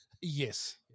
Yes